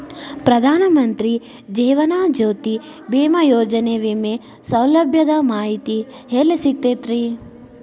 ಪ್ರಧಾನ ಮಂತ್ರಿ ಜೇವನ ಜ್ಯೋತಿ ಭೇಮಾಯೋಜನೆ ವಿಮೆ ಸೌಲಭ್ಯದ ಮಾಹಿತಿ ಎಲ್ಲಿ ಸಿಗತೈತ್ರಿ?